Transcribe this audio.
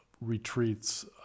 retreats